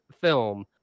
film